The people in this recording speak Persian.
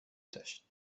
داشت